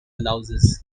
louses